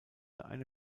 eine